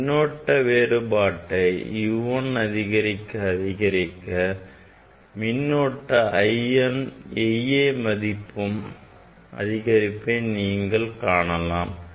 நான் மின்னழுத்த வேறுபாட்டை U1 அதிகரிக்க அதிகரிக்க மின்னோட்டம் IA மதிப்பும் அதிகரிப்பதை நீங்கள் காணலாம்